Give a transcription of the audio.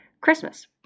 Christmas